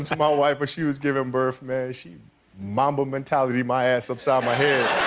um so my life when she was giving birth, man, she'd mamba mentality my ass upside my head.